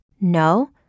No